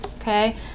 okay